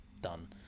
done